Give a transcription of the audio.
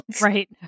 Right